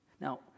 Now